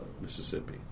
Mississippi